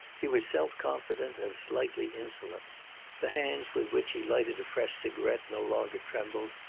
he was self-confident and slightly insolent the hands with which he lighted a fresh cigarette no longer trembled,